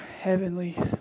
Heavenly